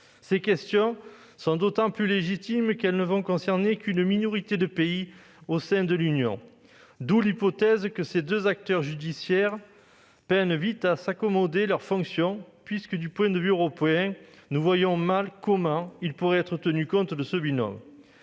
Ces questions sont d'autant plus légitimes qu'elles ne concerneront qu'une minorité de pays au sein de l'Union européenne. D'où l'hypothèse que ces deux acteurs judiciaires peinent vite à accommoder leurs fonctions, puisque, du point de vue européen, nous voyons mal comment il pourra être tenu compte de ce binôme.